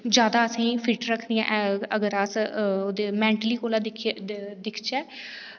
ज्यादा असें फिट रखदियां अगर अस उदे मैन्टली कोला दिक्खियै दिखचै